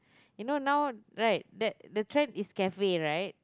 you know now right that the trend is cafe right